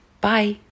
Bye